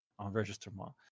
Enregistrement